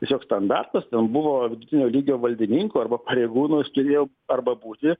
tiesiog standartas buvo vidutinio lygio valdininkų arba pareigūnų jis turėjo arba būti